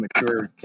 mature